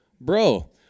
Bro